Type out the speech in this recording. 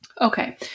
Okay